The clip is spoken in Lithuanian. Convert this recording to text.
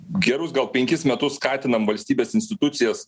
gerus gal penkis metus skatinam valstybės institucijas